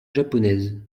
japonaise